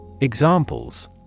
Examples